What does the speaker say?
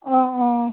অ' অ'